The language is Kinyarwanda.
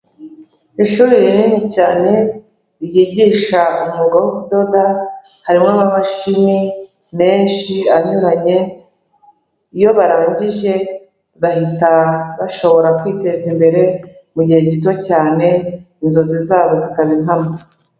Ishuri rinini cyane ryigisha umwuga wo kudoda, harimo amamashini menshi anyuranye, iyo barangije bahita bashobora kwiteza imbere mu gihe gito cyane, inzozi zabo zikaba impamo.